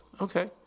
Okay